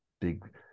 big